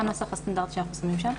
הנוסח הסטנדרטי שאנחנו שמים שם.